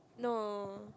no